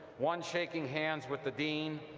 one shaking hands with the dean,